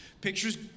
Pictures